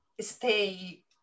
stay